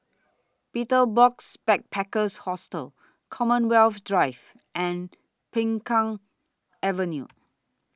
Betel Box Backpackers Hostel Commonwealth Drive and Peng Kang Avenue